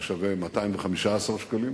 זה שווה 215 שקלים